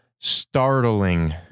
startling